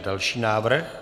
Další návrh.